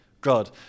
God